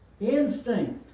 Instinct